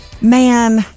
man